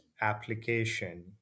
application